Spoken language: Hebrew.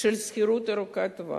של שכירות ארוכת טווח,